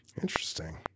Interesting